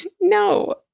no